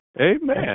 Amen